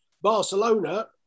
Barcelona